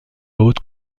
haute